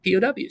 pows